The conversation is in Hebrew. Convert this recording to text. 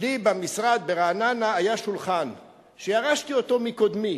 לי במשרד ברעננה היה שולחן שירשתי מקודמי.